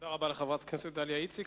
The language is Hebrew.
תודה רבה לחברת הכנסת דליה איציק.